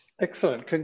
excellent